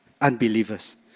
Unbelievers